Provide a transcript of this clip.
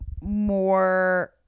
more